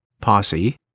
Posse